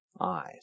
eyes